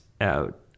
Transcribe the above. out